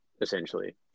essentially